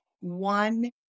one